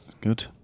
Good